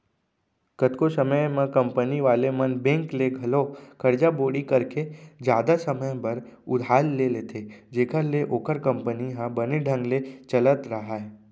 कतको समे म कंपनी वाले मन बेंक ले घलौ करजा बोड़ी करके जादा समे बर उधार ले लेथें जेखर ले ओखर कंपनी ह बने ढंग ले चलत राहय